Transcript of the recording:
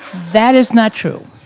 that is not true.